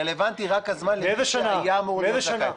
רלוונטי רק הזמן לפני שהיה אמור --- מאיזה שנה?